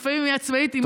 לפעמים היא עצמאית עם עסק,